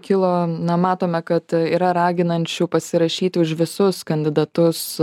kilo na matome kad yra raginančių pasirašyti už visus kandidatus